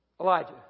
Elijah